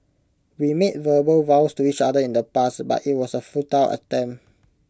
we made verbal vows to each other in the past but IT was A futile attempt